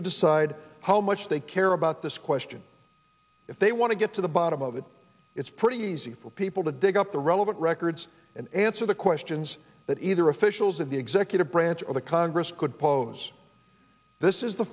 to decide how much they care about this question if they want to get to the bottom of it it's pretty easy for people to dig up the relevant records and answer the questions that either officials of the executive branch of the congress could pose this is the